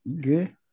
Good